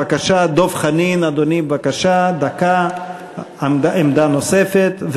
בבקשה, דב חנין, אדוני, בבקשה, דקה לעמדה נוספת.